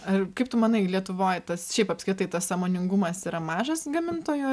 ar kaip tu manai lietuvoj tas šiaip apskritai tas sąmoningumas yra mažas gamintojo